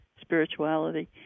spirituality